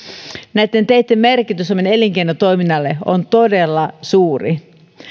näitten teitten merkitys suomen elinkeinotoiminnalle on todella suuri